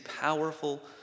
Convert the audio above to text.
powerful